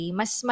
mas